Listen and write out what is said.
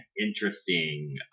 interesting